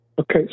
okay